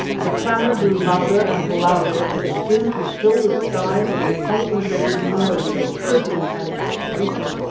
the clamour grew louder and louder till it seemed to fill the skies with a concentrated noise of curses and shrieking.